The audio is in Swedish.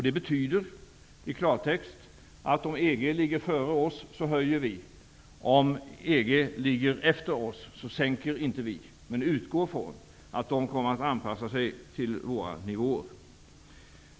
Det betyder i klartext att om EG ligger före oss höjer vi nivån, och om EG ligger efter oss sänker vi inte nivån, utan vi utgår från att de kommer att anpassa sig till våra nivåer.